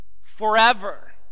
forever